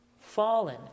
fallen